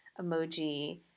emoji